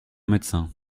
médecin